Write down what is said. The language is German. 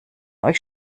euch